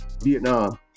Vietnam